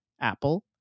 Apple